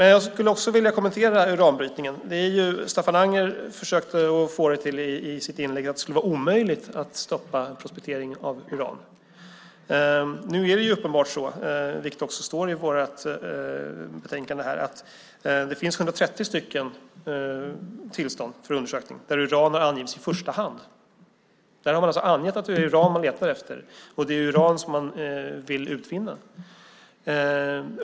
Staffan Anger försökte få det till i sitt inlägg att det skulle vara omöjligt att stoppa prospekteringen av uran. Nu är det uppenbart så, vilket också står i vårt betänkande, att det finns 130 tillstånd för undersökning där uran har angetts i första hand. Man har alltså angett att det är uran man letar efter och vill utvinna.